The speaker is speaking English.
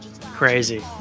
crazy